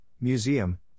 Museum